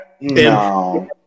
no